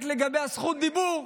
רק לגבי זכות הדיבור,